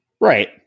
Right